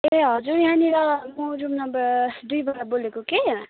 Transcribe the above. ए हजुर यहाँनिर म रूम नम्बर दुईबाट बोलेको कि